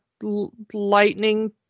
lightning